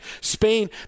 Spain